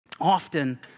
often